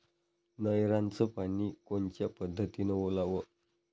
नयराचं पानी कोनच्या पद्धतीनं ओलाव?